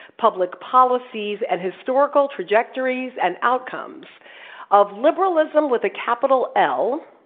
public policies, and historical trajectories and outcomes of liberalism with a capital l,